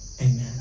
Amen